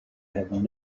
have